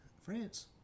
France